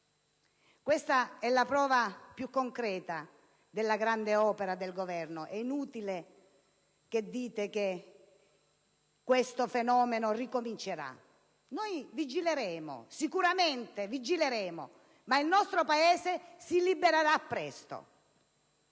Questa è la prova più concreta della grande opera del Governo, ed è inutile diciate che questo fenomeno ricomincerà: sicuramente noi vigileremo. Il nostro Paese si libererà presto.